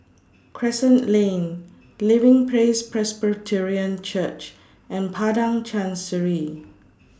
Crescent Lane Living Praise Presbyterian Church and Padang Chancery